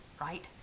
right